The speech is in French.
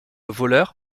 voleur